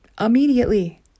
immediately